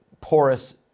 porous